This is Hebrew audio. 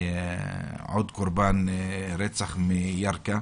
עוד קורבן רצח מירכא.